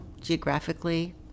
geographically